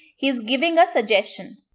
he is giving a suggestion.